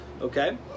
okay